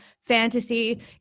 fantasy